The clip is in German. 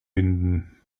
binden